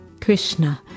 Krishna